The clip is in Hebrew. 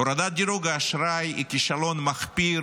הורדת דירוג האשראי היא כישלון מחפיר